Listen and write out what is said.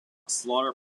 slaughter